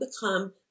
become